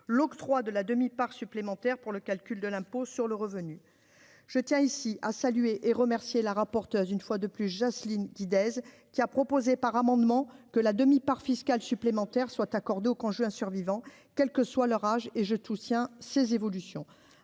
l'octroi de la demi-part supplémentaire pour le calcul de l'impôt sur le revenu, je tiens ici à saluer et remercier la rapporteuse, une fois de plus, Jocelyne qui Days qui a proposé par amendement que la demi-part fiscale supplémentaire soit accordé au conjoint survivant, quelle que soit leur âge et je te soutiens ces évolutions